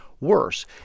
worse